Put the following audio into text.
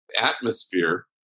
atmosphere